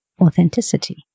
authenticity